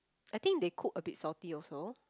I think they cook abit salty also